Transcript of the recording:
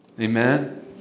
Amen